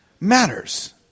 matters